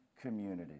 community